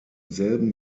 selben